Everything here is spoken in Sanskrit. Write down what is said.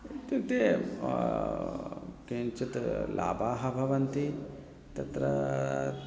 इत्युक्ते किञ्चित् लाभाः भवन्ति तत्र